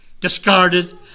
Discarded